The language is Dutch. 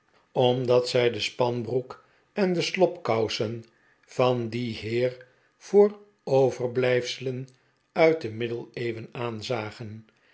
omdat zij de spanbroek en de slobkousen van dien heer voor overblijfselen uit de middeleeuwen aanzagen